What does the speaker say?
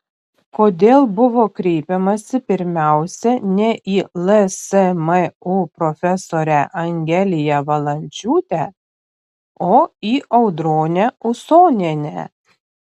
kodėl buvo kreipiamasi pirmiausia ne į lsmu profesorę angeliją valančiūtę o į audronę usonienę